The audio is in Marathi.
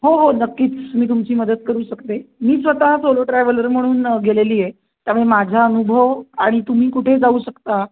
हो हो नक्कीच मी तुमची मदत करू शकते मी स्वतः सोलो ट्रॅव्हलर म्हणून गेलेली आहे त्यामुळे माझा अनुभव आणि तुम्ही कुठे जाऊ शकता